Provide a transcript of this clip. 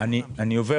יוקר המחיה.